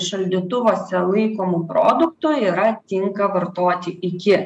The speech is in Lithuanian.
šaldytuvuose laikomų produktų yra tinka vartoti iki